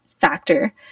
factor